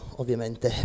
ovviamente